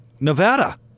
Nevada